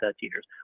teachers